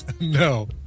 No